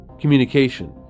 communication